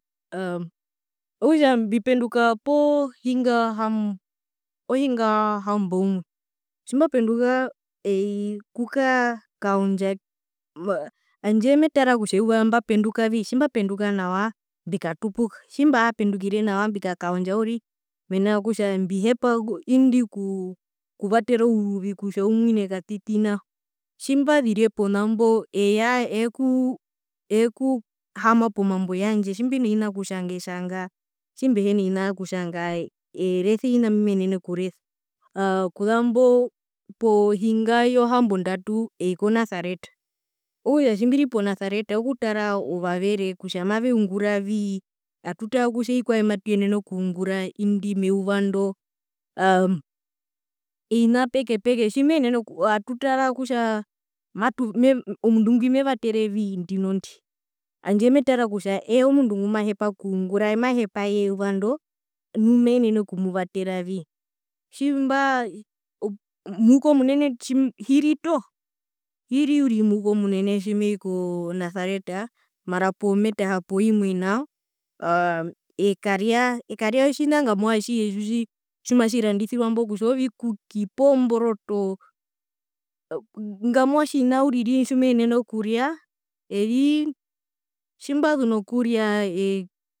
Okutja mbipenduka poo pohinga yohamboumwe tjimbapenduka eii okukaa kaondja handje metara kutja euva mbapendukavii tjimbapenduka nawa mbikatupuka tjimbihapendukire nawa mbikakaondja uriri mena rokutja mbihepa indi oku okuvatera ouruvi kutja umwine katiti nao tjimbazire ponambo eya eeku eeku haama pomambo yandje tjimbina ovina okutjanga etjanga tjimbihina ovina okutjanga erese ovina mbimenene okuresa kuzambo pohinga yohambondatu ei konasareta okutja tjimbiri ponasareta okutara ovavere kutja maveungura vii atutaa kutja ovikwae mbimatuyenene okungura indi meuva ndo aa ovina peke peke tjimene oku atutara kutja matu me omundu ngwi mevaterevii ndinondi handje metara kutja eye omundu ngumahepa okungurae mahepaye eyuvando nu menene okumuvatera vii tjimbaa muhukomunene hiri toho hiri uriri muhukomunene tjimei konasareta mara pometaha poimwe nao aa ekaria ekaria otjina ngamwa atjihe tjimatjirandisiwa mbo kutja ovikuki poo mboroto ngamwa tjina uriri tjimenene okuria erii tjimbazu nokuria eee